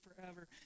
forever